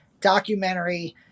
documentary